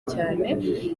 cyane